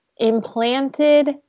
Implanted